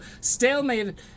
stalemate